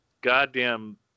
goddamn